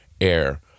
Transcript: air